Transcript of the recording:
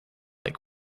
like